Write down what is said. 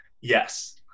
Yes